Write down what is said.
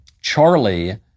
Charlie